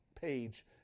page